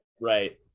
right